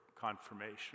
confirmation